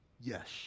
yes